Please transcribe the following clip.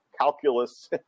calculus